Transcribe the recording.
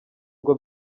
ngo